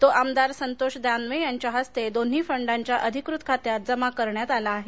तो आमदार संतोष दानवे यांच्या हस्ते दोन्ही फंडाच्या अधिकृत खात्यात जमा करण्यात आला आहे